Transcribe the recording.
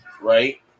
right